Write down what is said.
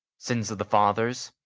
sins of the fathers.